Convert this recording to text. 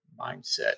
mindset